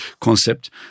concept